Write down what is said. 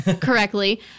correctly